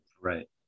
Right